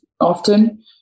often